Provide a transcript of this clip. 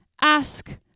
ask